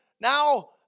now